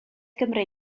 gymri